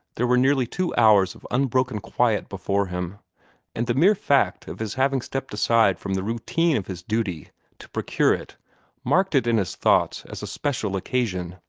there were nearly two hours of unbroken quiet before him and the mere fact of his having stepped aside from the routine of his duty to procure it marked it in his thoughts as a special occasion,